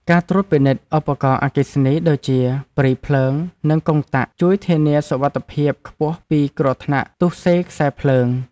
ការត្រួតពិនិត្យឧបករណ៍អគ្គិសនីដូចជាព្រីភ្លើងនិងកុងតាក់ជួយធានាសុវត្ថិភាពខ្ពស់ពីគ្រោះថ្នាក់ទុស្សេខ្សែភ្លើង។